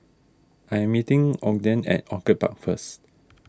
I am meeting Ogden at Orchid Park first